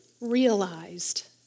realized